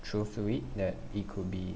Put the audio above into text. truth to it that it could be